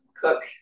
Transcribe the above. cook